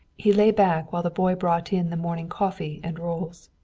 he lay back while the boy brought in the morning coffee and rolls.